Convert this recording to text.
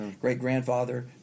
great-grandfather